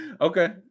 okay